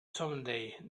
someday